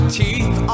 teeth